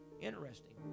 Interesting